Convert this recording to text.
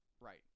Right